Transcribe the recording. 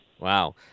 Wow